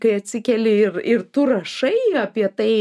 kai atsikeli ir ir tu rašai apie tai